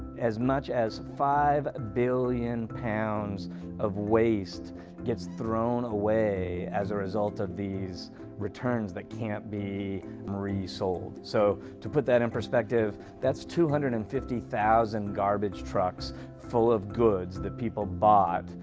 as much as five billion pounds of waste gets thrown away as a result of these returns that can't be resold. so to put that in perspective, that's two hundred and fifty thousand garbage trucks full of goods that people bought,